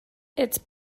its